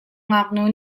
ngaknu